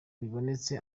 bibonetse